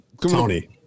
Tony